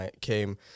came